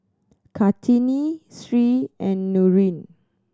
Kartini Sri and Nurin